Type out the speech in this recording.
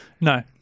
No